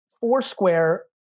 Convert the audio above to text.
Foursquare